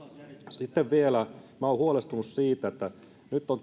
sitten vielä olen huolestunut siitä että nyt on